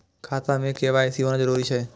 खाता में के.वाई.सी होना जरूरी छै?